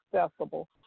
accessible